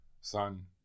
son